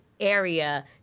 area